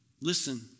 listen